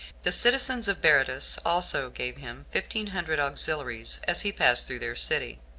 the citizens of berytus also gave him fifteen hundred auxiliaries as he passed through their city.